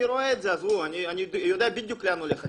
אני רואה ויודע בדיוק לאן הולך הכסף.